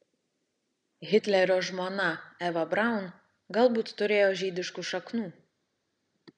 hitlerio žmona eva braun galbūt turėjo žydiškų šaknų